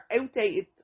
outdated